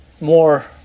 more